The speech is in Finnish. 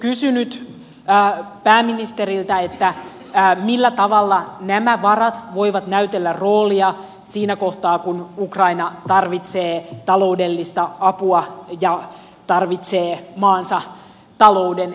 olisin kysynyt pääministeriltä millä tavalla nämä varat voivat näytellä roolia siinä kohtaa kun ukraina tarvitsee taloudellista apua ja tarvitsee maansa talouden jälleenrakentamista